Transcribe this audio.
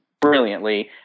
brilliantly